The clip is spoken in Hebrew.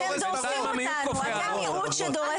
אתה המיעוט שדורס אותנו.